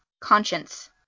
conscience